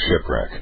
shipwreck